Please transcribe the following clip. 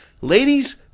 Ladies-